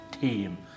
team